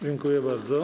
Dziękuję bardzo.